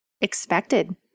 expected